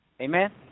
Amen